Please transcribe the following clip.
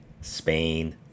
Spain